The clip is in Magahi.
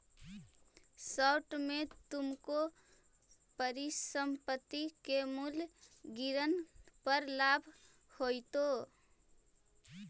शॉर्ट में तुमको परिसंपत्ति के मूल्य गिरन पर लाभ होईतो